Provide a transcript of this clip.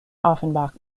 offenbach